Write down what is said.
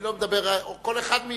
או כל אחד מאתנו.